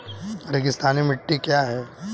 रेगिस्तानी मिट्टी क्या है?